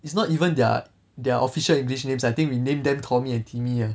it's not even their their official english names I think we name them tommy and timmy ah